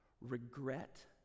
regret